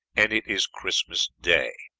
and it is christmas day.